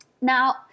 Now